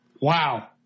Wow